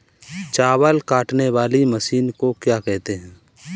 चावल काटने वाली मशीन को क्या कहते हैं?